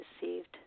deceived